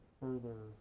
further